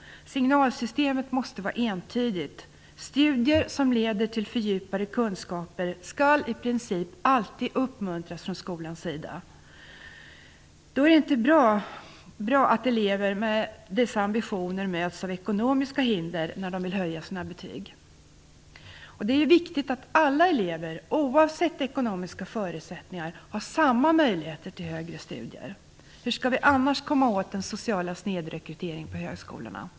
Signalsystemet måste vara entydigt. Studier som leder fram till fördjupade kunskaper skall i princip alltid uppmuntras från skolans sida. Då är det inte bra att elever med dessa ambitioner möts av ekonomiska hinder när de vill höja sina betyg. Det är viktigt att alla elever oavsett ekonomiska förutsättningar har samma möjlighet till högre studier. Hur skall vi annars komma åt den sociala snedrekryteringen på högskolorna?